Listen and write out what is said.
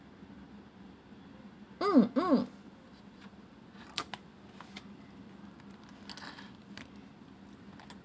mm mm